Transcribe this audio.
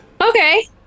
Okay